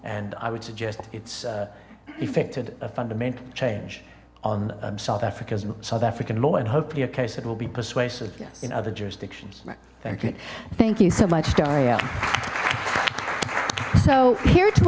and i would suggest it's affected a fundamental change on south africa's south african law and hopefully a case it will be persuasive yes in other jurisdictions thank you thank you so much dario so here to